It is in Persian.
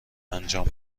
انجام